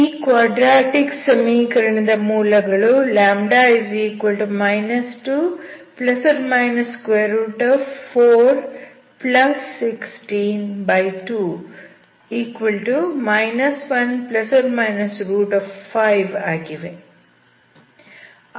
ಈ ಕ್ವಾಡ್ರಟಿಕ್ ಸಮೀಕರಣದ ಮೂಲ ಗಳು λ 2±4162 1±5 ಆಗಿವೆ